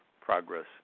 progress